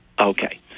Okay